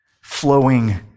flowing